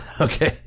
Okay